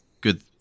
good